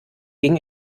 ging